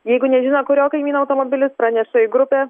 jeigu nežino kurio kaimyno automobilis praneša į grupę